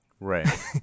right